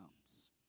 comes